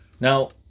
Now